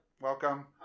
Welcome